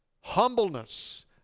humbleness